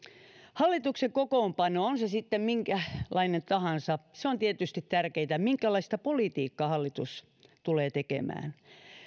hallituksen kokoonpano sitten minkälainen tahansa on tietysti tärkeintä minkälaista politiikkaa hallitus tulee tekemään